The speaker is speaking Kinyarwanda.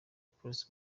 polisi